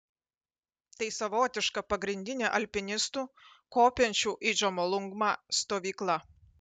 tai savotiška pagrindinė alpinistų kopiančių į džomolungmą stovykla